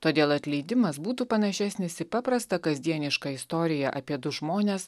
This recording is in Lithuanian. todėl atleidimas būtų panašesnis į paprastą kasdienišką istoriją apie du žmones